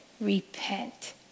repent